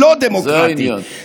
שפוגעים ביהודים ובערבים,